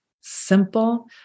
simple